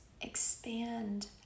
expand